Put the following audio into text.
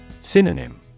Synonym